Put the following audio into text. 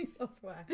elsewhere